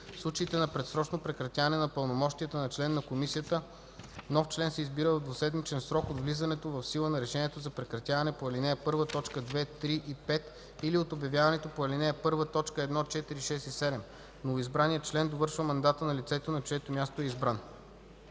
случаите на предсрочно прекратяване на пълномощията на член на комисията нов член се избира в двуседмичен срок от влизането в сила на решението за прекратяване по ал. 1, т. 2, 3 и 5, или от обявяването по ал. 1, т. 1, 4, 6 и 7. Новоизбраният член довършва мандата на лицето, на чието място е избран.”